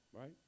right